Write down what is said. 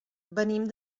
venim